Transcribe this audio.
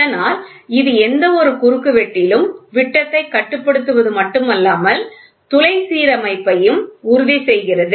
இதனால் இது எந்தவொரு குறுக்குவெட்டிலும் விட்டத்தை கட்டுப்படுத்துவது மட்டுமல்லாமல் துளை சீரமைப்பையும் உறுதி செய்கிறது